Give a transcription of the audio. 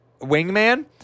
wingman